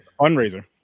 Fundraiser